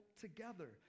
together